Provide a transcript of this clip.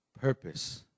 purpose